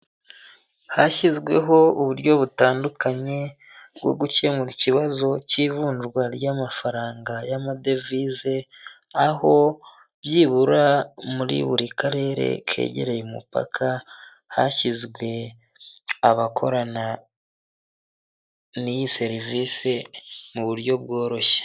Hashyizweho uburyo butandukanye, bwo gukemura ikibazo cy'ivunjwa ry'amafaranga y'amadevize, aho byibura muri buri karere kegereye umupaka, hashyizwe abakorana n'iyi serivise, mu buryo bworoshye.